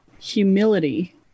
humility